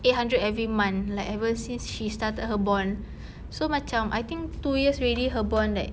eight hundred every month like ever since she started her bond so macam I think two years already her bond like